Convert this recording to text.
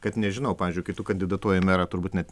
kad nežinau pavyzdžiui kai tu kandidatuoji į merą turbūt net